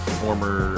former